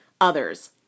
others